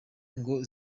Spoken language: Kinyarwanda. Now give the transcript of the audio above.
ngo